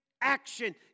action